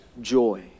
joy